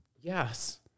Yes